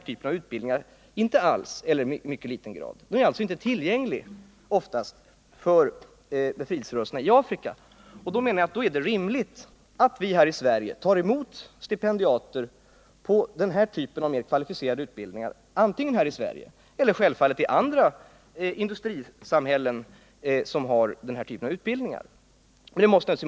Då menar jag att det är rimligt att vi antingen här i Sverige tar emot stipendiater på denna typ av utbildning eller ger dem det i andra industriländer som har sådan utbildning.